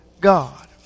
God